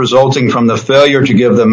resulting from the failure to give them